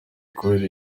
kubera